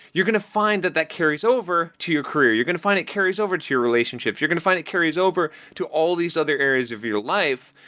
you're going to find that that carries over to your career. you're going to find it carries over to your relationships. you're going to find it carries over to all these other areas of your life.